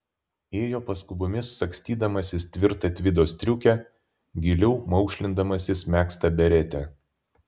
ėjo paskubomis sagstydamasis tvirtą tvido striukę giliau maukšlindamasis megztą beretę